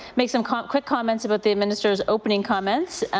make some quick quick comments about the minister's opening comments.